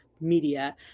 media